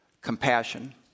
compassion